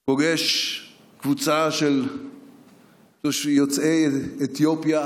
פוגש קבוצה של יוצאי אתיופיה,